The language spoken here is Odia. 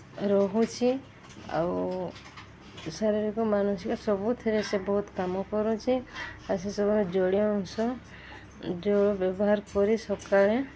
ରହୁଛି ଆଉ ଶାରୀରିକ ମାନସିକ ସବୁଥିରେ ସେ ବହୁତ କାମ କରୁଛି ଆଉ ସେସବୁର ଜଳୀୟ ଅଂଶ ଜଳ ବ୍ୟବହାର କରି ସକାଳେ